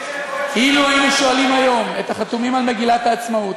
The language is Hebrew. אילו היינו שואלים היום את החתומים על מגילת העצמאות